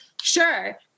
Sure